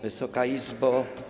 Wysoka Izbo!